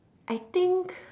I think